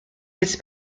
its